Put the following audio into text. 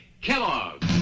Kellogg